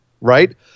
Right